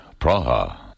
Praha